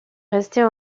rester